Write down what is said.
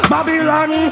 Babylon